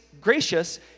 gracious